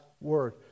word